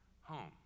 home